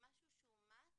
כמשהו שהוא מוכרח.